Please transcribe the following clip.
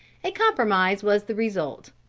a compromise was the result.